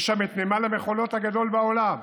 יש שם את נמל המכולות הגדול בעולם.